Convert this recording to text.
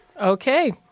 Okay